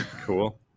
cool